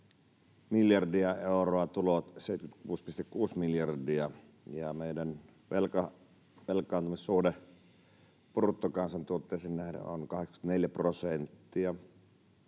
miljardia euroa, tulot 76,6 miljardia ja meidän velkaantumissuhde bruttokansantuotteeseen nähden on 84 prosenttia.